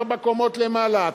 ארבע קומות למעלה.